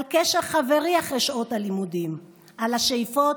על קשר חברי אחרי שעות הלימודים, על השאיפות,